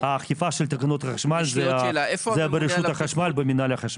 האכיפה של תקנות החשמל זה ברשות החשמל במינהל החשמל.